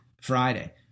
Friday